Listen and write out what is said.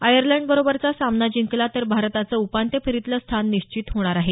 आयर्लंडबरोबरचा सामना जिंकला तर भारताचं उपांत्य फेरीतलं स्थान निश्चित होणार आहे